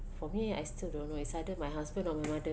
for me I still don't know it's either my husband or my mother